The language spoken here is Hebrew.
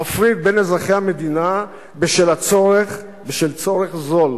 המפריד בין אזרחי המדינה בשל צורך זול